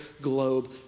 globe